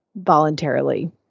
voluntarily